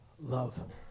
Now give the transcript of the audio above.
love